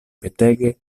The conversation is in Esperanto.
petege